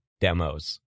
demos